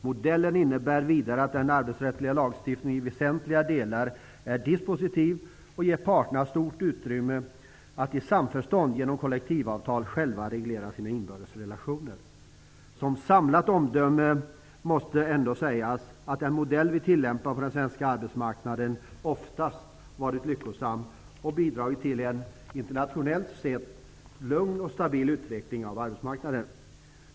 Modellen innebär vidare att den arbetsrättsliga lagstiftningen i väsentliga delar är dispositiv och ger parterna stort utrymme att i samförstånd genom kollektivavtal själva reglera sina inbördes relationer. Som samlat omdöme måste ändå sägas att den modell vi tillämpar på den svenska arbetsmarknaden oftast varit lyckosam och bidragit till en internationellt sett lugn och stabil utveckling av arbetsmarknaden.